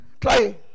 Try